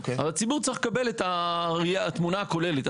אבל הציבור צריך לקבל את התמונה הכוללת.